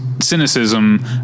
cynicism